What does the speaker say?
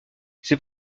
c’est